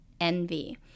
envy